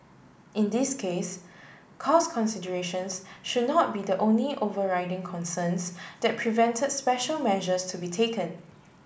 in this case cost considerations should not be the only overriding concerns that prevent special measures to be taken